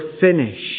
finish